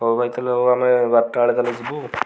ହଉ ଭାଇ ତାହେଲେ ହଉ ଆମେ ବାରଟା ବେଳେ ତାହେଲେ ଯିବୁ